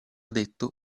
detto